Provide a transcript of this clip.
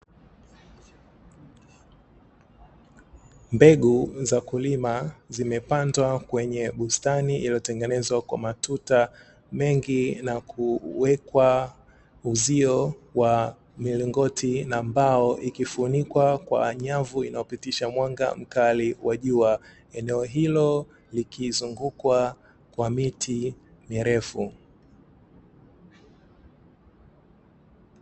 Mbegu za kulima zimepandwa kwenye bustani iliyotengenezwa kwa matuta mengi na kuwekwa uzio wa milingoti na mbao, ikifunikwa kwa nyavu inayopitisha mwanga mkali wa jua, eneo hilo likizungukwa kwa miti mirefu.